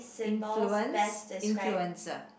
influence influencer